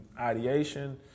ideation